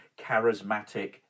charismatic